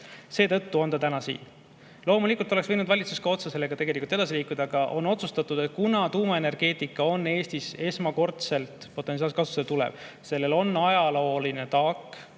Seetõttu on ta täna siin. Loomulikult oleks võinud valitsus ka otse sellega edasi liikuda, aga on otsustatud, et kuna tuumaenergeetika on Eestis esmakordselt potentsiaalselt kasutusele tulev, sellel on ajalooline taak